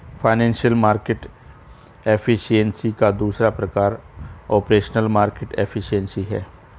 financial market efficiency का दूसरा प्रकार ऑपरेशनल मार्केट एफिशिएंसी है